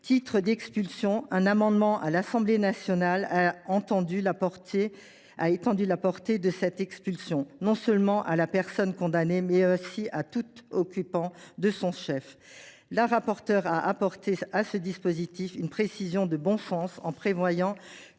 titre d’expulsion, un amendement adopté à l’Assemblée nationale a étendu la portée de cette expulsion, non seulement à la personne condamnée, mais aussi à tout occupant de son chef. La rapporteure a apporté à ce dispositif une précision de bon sens, en prévoyant